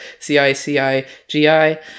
CICIGI